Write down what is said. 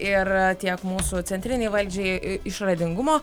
ir tiek mūsų centrinei valdžiai išradingumo